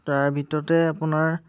তাৰ ভিতৰতে আপোনাৰ